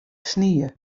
snie